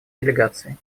делегации